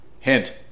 Hint